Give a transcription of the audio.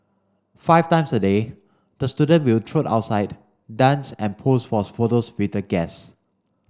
five times a day the student will trot outside dance and pose for photos with the guests